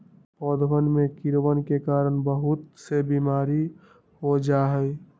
पौधवन में कीड़वन के कारण बहुत से बीमारी हो जाहई